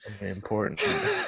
Important